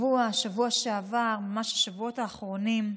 השבוע, בשבוע שעבר, בשבועות האחרונים,